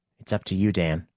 it's up to you, dan,